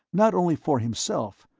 not only for himself,